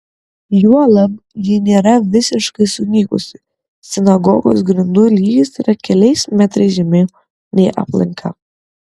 juolab ji nėra visiškai sunykusi sinagogos grindų lygis yra keliais metrais žemiau nei aplinka